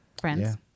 friends